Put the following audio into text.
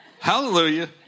Hallelujah